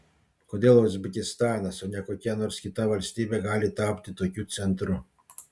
kodėl uzbekistanas o ne kokia nors kita valstybė gali tapti tokiu centru